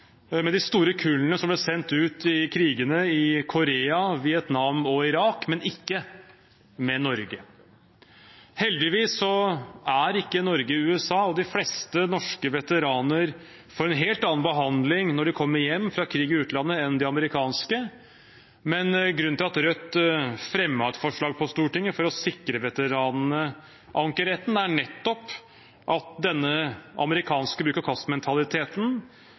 Norge. Heldigvis er ikke Norge USA, og de fleste norske veteraner får en helt annen behandling når de kommer hjem fra krig i utlandet, enn de amerikanske. Men grunnen til at Rødt fremmet et forslag på Stortinget om å sikre veteranene ankerett, er nettopp at denne amerikanske